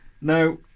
No